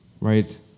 Right